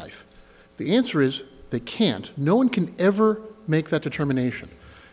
knife the answer is they can't no one can ever make that determination